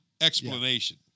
explanation